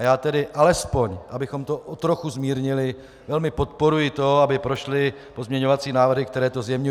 A já tedy alespoň, abychom to o trochu zmírnili, velmi podporuji to, aby prošly pozměňovací návrhy, které to zjemňují.